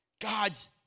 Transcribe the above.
God's